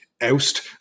oust